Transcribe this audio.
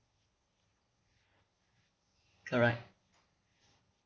correct